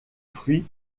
fruits